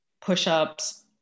push-ups